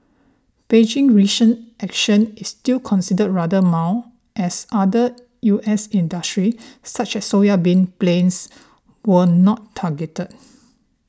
Beijing's recent action is still considered rather mild as other U S industries such as soybeans planes were not targeted